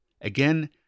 Again